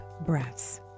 breaths